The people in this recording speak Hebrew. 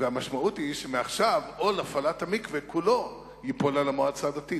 והמשמעות היא שמעכשיו עול הפעלת המקווה ייפול כולו על המועצה הדתית.